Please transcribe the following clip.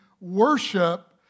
worship